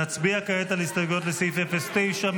נצביע כעת על ההסתייגויות לסעיף 09,